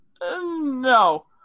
No